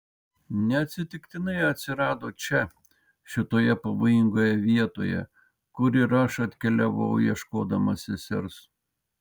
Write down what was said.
neatsitiktinai atsirado čia šitoje pavojingoje vietoje kur ir aš atkeliavau ieškodama sesers